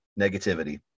negativity